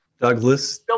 Douglas